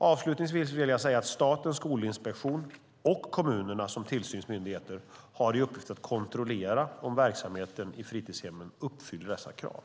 Avslutningsvis vill jag säga att Statens skolinspektion och kommunerna, som tillsynsmyndigheter, har i uppgift att kontrollera om verksamheten i fritidshemmen uppfyller dessa krav.